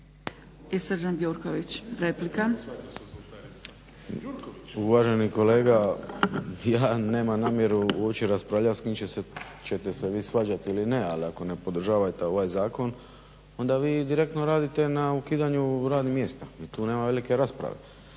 **Gjurković, Srđan (HNS)** Uvaženi kolega, ja nemam namjeru uopće raspravljati s kim ćete se vi svađati ili ne, ali ako ne podržavate ovaj zakon onda vi direktno radite na ukidanju radnih mjesta, i tu nema velike rasprave.